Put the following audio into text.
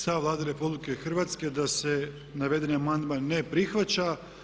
Stav Vlade RH je da se navedeni amandman ne prihvaća.